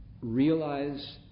realize